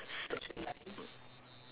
s~